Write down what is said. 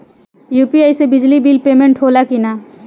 UPI से बिजली bill payment होला कि न?